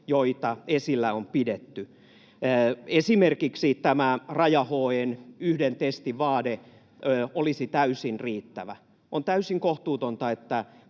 joita esillä on pidetty. Esimerkiksi tämä raja-HE:n yhden testin vaade olisi täysin riittävä. On täysin kohtuutonta,